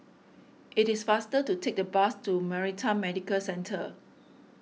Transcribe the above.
it is faster to take the bus to Maritime Medical Centre